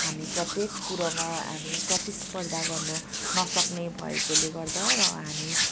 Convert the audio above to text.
हामी प्रत्येक कुरोमा हामी प्रतिष्पर्धा गर्नु नसक्ने भएकोले गर्दा र हामी